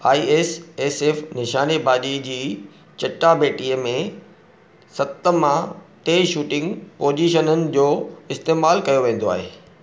आई S S F निशानेबाज़ी जी चटाभेटीअ में सत मां टे शूटिंग पोज़ीशननि जो इस्तेमालु कयो वेंदो आहे